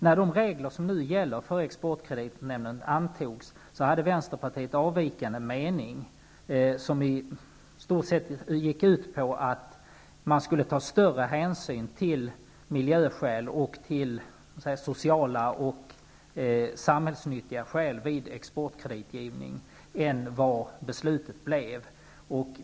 När de regler som nu gäller för exportkreditnämnden antogs hade Vänsterpartiet en avvikande mening som i stort sett gick ut på att man skulle ta större hänsyn till miljöskäl, till sociala och samhällsnyttiga skäl vid exportkreditgivning än vad som beslutades.